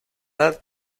edad